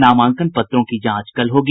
नामांकन पत्रों की जांच कल होगी